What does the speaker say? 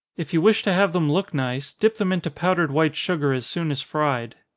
if you wish to have them look nice, dip them into powdered white sugar as soon as fried.